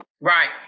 Right